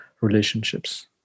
relationships